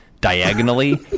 diagonally